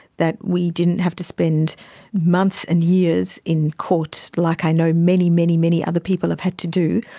that we didn't have to spend months and years in court like i know many, many, many other people have had to do,